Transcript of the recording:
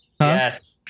Yes